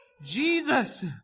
Jesus